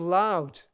loud